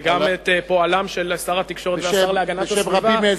וגם את פועלם של שר התקשורת והשר להגנת הסביבה,